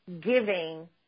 giving